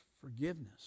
forgiveness